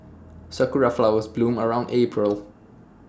Sakura Flowers bloom around April